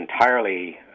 entirely